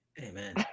Amen